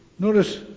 Notice